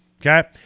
Okay